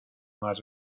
más